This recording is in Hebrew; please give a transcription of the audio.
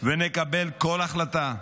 ונקבל כל החלטה,